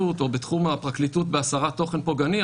או בתחום הפרקליטות בהסרת תוכן פוגעני,